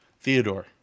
Theodore